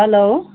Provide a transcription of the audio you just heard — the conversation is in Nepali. हेलो